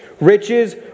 Riches